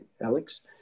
Alex